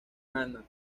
hanna